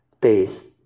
taste